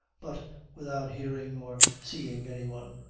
but without hearing or seeing any one.